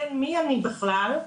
מי אני בכלל?